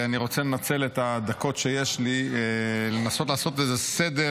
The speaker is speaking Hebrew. אני רוצה לנצל את הדקות שיש לי כדי לנסות לעשות איזשהו סדר